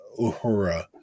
Uhura